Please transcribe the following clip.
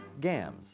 Gams